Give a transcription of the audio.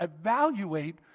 evaluate